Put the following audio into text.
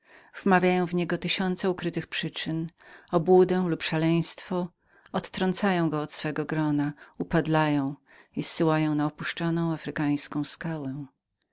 wmawiają w niego tysiące ukrytych przyczyn odurzenie lub szaleństwo odtrącają go od swego grona upadlają i zasyłają na opuszczoną afrykańską skałę